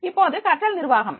இப்போது கற்றல் நிர்வாகம்